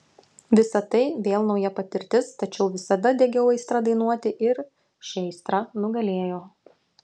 visa tai vėl nauja patirtis tačiau visada degiau aistra dainuoti ir ši aistra nugalėjo